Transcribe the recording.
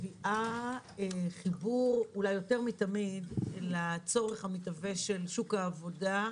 מביאה חיבור אולי יותר מתמיד לצורך המתהווה של שוק העבודה,